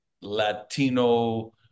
Latino